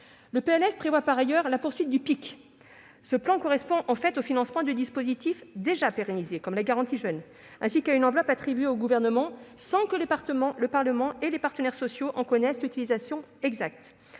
du plan d'investissement dans les compétences (PIC), correspondant en fait au financement de dispositifs déjà pérennisés, comme la garantie jeunes, ainsi qu'à une enveloppe attribuée au Gouvernement sans que le Parlement et les partenaires sociaux en connaissent l'utilisation exacte.